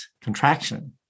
contraction